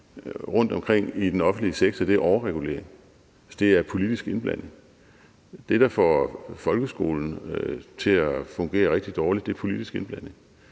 rundtomkring i den offentlige sektor er overregulering. Det er politisk indblanding. Det, der får folkeskolen til at fungere rigtig dårligt, er politisk indblanding.